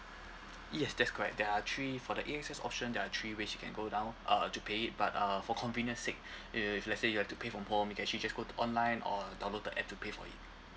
yes that's correct there are three for the A_X_S option there are three ways you can go down uh to pay it but uh for convenience sake if let's say you have to pay from home you can actually just go to online or download the app to pay for it